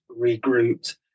regrouped